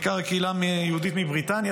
בעיקר הקהילה היהודית מבריטניה,